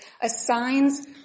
assigns